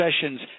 Sessions